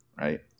Right